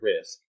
risk